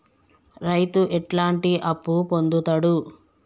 రైతు ఎట్లాంటి అప్పు పొందుతడు?